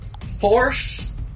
force